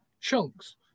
chunks